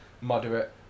Moderate